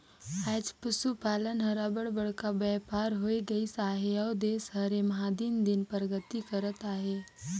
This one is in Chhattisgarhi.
आएज पसुपालन हर अब्बड़ बड़खा बयपार होए गइस अहे अउ देस हर एम्हां दिन दिन परगति करत अहे